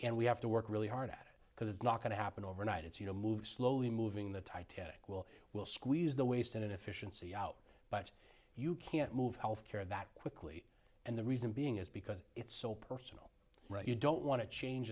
and we have to work really hard at it because it's not going to happen overnight it's you know move slowly moving the titanic will will squeeze the waste and inefficiency out but you can't move healthcare that quickly and the reason being is because it's so personal right you don't want to change